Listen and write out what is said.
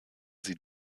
sie